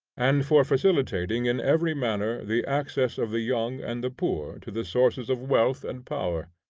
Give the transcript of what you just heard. and for facilitating in every manner the access of the young and the poor to the sources of wealth and power.